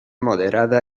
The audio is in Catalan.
moderada